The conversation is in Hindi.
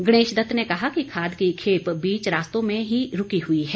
गणेशदत्त ने कहा कि खाद की खेप बीच रास्तों में ही रूकी हई हैं